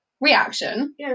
reaction